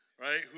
Right